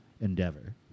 endeavor